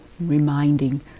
reminding